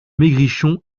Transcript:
maigrichon